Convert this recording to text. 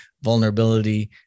vulnerability